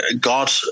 God